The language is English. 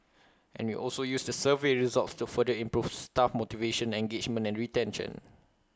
and we also use the survey results to further improve staff motivation engagement and retention